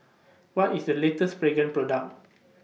What IS The latest Pregain Product